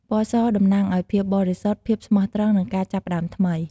ពណ៌ស តំណាងឲ្យ ភាពបរិសុទ្ធ ភាពស្មោះត្រង់ និង ការចាប់ផ្តើមថ្មី។